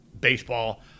baseball